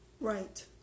Right